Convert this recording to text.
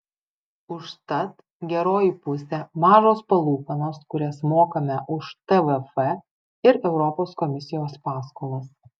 užtat geroji pusė mažos palūkanos kurias mokame už tvf ir europos komisijos paskolas